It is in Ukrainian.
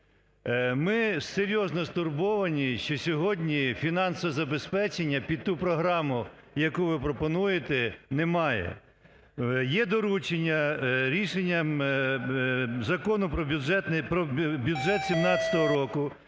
Ми серйозно стурбовані, що сьогодні фінансового забезпечення під ту програму, яку ви пропонуєте, немає. Є доручення. Рішенням Закону про бюджет 2017 року